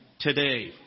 today